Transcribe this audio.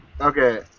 Okay